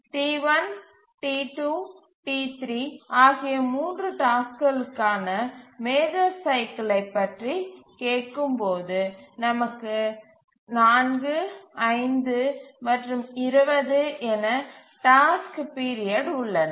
T1 T2 T3 ஆகிய 3 டாஸ்க்களுக்கான major சைக்கிலை பற்றி கேட்கும்போது நமக்கு 4 5 மற்றும் 20 என டாஸ்க் பீரியட் உள்ளன